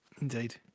indeed